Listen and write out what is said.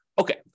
Okay